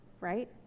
Right